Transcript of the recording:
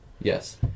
Yes